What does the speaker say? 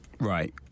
right